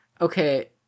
Okay